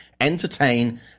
entertain